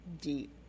deep